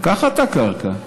לקחת את הקרקע,